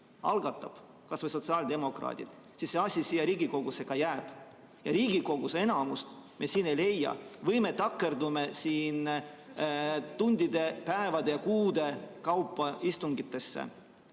algatab, kas või sotsiaaldemokraadid, siis see asi siia Riigikogusse ka jääb. Riigikogus enamust me ei leia või me takerdume siin tundide, päevade ja kuude kaupa istungitesse.